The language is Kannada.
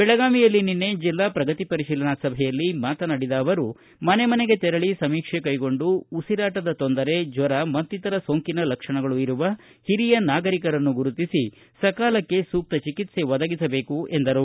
ಬೆಳಗಾವಿಯಲ್ಲಿ ನಿನ್ನೆ ಜಿಲ್ಲಾ ಪ್ರಗತಿ ಪರಿತೀಲನಾ ಸಭೆಯಲ್ಲಿ ಮಾತನಾಡಿದ ಅವರು ಮನೆ ಮನೆಗೆ ತೆರಳಿ ಸಮೀಕ್ಷೆ ಕೈಗೊಂಡು ಉಸಿರಾಟದ ತೊಂದರೆ ಜ್ವರ ಮತ್ತಿತರ ಸೋಂಕಿನ ಲಕ್ಷಣಗಳು ಇರುವ ಹಿರಿಯ ನಾಗರಿಕರನ್ನು ಗುರುತಿಸಿ ಸಕಾಲಕ್ಕೆ ಸೂಕ್ತ ಚಿಕಿತ್ಸೆ ಒದಗಿಸಬೇಕು ಎಂದರು